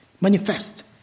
Manifest